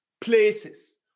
places